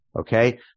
Okay